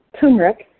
turmeric